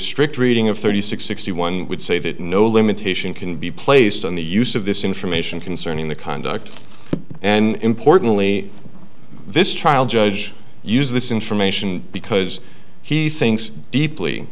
strict reading of thirty six sixty one would say that no limitation can be placed on the use of this information concerning the conduct and importantly this trial judge use this information because he thinks deeply